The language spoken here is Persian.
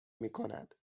میکند